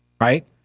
Right